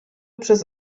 przez